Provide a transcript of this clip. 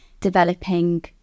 developing